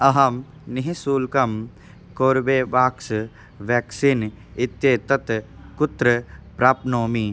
अहं निःशुल्कं Corbevax vaccine इत्येतत् कुत्र प्राप्नोमि